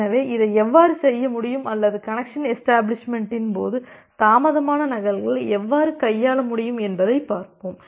எனவே இதை எவ்வாறு செய்ய முடியும் அல்லது கனெக்சன் எஷ்டபிளிஷ்மெண்ட்டின் போது தாமதமான நகல்களை எவ்வாறு கையாள முடியும் என்பதைப் பார்ப்போம்